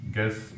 Guess